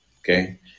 Okay